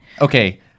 Okay